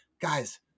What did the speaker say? guys